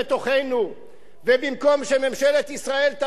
ובמקום שממשלת ישראל תבוא ותעזור להם,